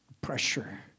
Pressure